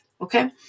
okay